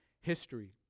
history